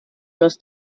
los